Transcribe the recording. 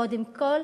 קודם כול